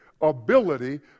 ability